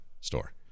store